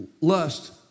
lust